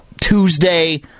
Tuesday